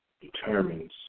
determines